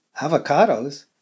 avocados